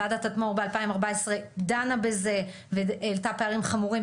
וועדת תדמור ב-2014 דנה בזה והעלתה פערים חמורים,